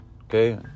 Okay